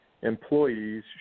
employees